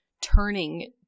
turning